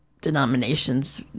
denominations